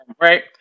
right